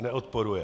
Neodporuje.